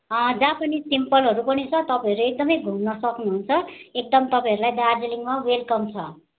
Japanese टेम्पलहरू पनि छ तपाईँहरू एकदमै घुम्न सक्नुहुन्छ एकदम तपाईँहरूलाई दार्जिलिङमा वेलकम छ